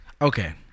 okay